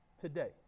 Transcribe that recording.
today